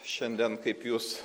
šiandien kaip jūs